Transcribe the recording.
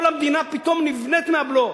כל המדינה פתאום נבנית מהבלו.